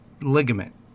ligament